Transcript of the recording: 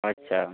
আচ্ছা